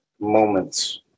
moments